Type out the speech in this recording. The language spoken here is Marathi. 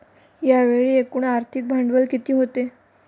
यावेळी एकूण आर्थिक भांडवल किती होते?